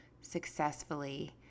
successfully